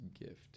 gift